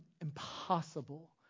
impossible